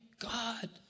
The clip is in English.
God